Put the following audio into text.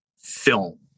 film